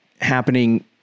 happening